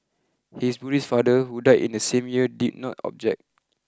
his Buddhist father who died in the same year did not object